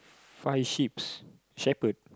five sheep's shepherd